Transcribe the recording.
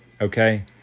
Okay